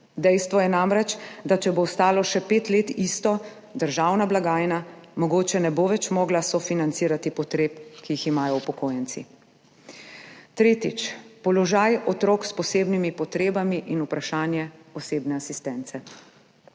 Dejstvo je namreč, da če bo ostalo še pet let isto, državna blagajna mogoče ne bo več mogla sofinancirati potreb, ki jih imajo upokojenci. Tretjič. Položaj otrok s posebnimi potrebami in vprašanje osebne asistence.